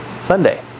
Sunday